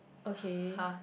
okay